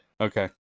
Okay